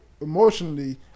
emotionally